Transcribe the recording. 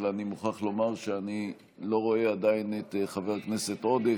אבל אני מוכרח לומר שאני עדיין לא רואה את חבר הכנסת עודה.